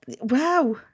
wow